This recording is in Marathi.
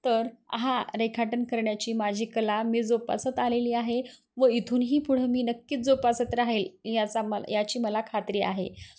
तर हा रेखाटन करण्याची माझी कला मी जोपासत आलेली आहे व इथूनही पुढं मी नक्कीच जोपासत राहील याचा म याची मला खात्री आहे